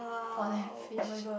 prawn and fish